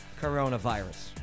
coronavirus